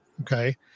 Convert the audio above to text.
okay